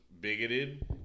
bigoted